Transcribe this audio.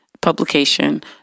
publication